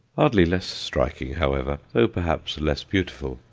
hardly less striking, however, though perhaps less beautiful,